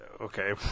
Okay